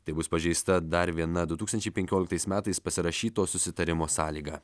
taip bus pažeista dar viena du tūkstančiai penkioliktais metais pasirašyto susitarimo sąlyga